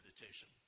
meditation